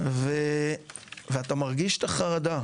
ואתה מרגיש את החרדה,